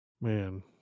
Man